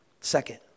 Second